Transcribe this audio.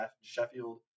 Sheffield